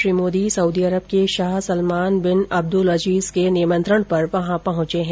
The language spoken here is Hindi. श्री मोदी सऊदी अरब के Shah Salman bin Abdul Aziz के निमंत्रण पर वहां पहुंचे हैं